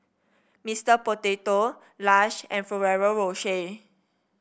Mister Potato Lush and Ferrero Rocher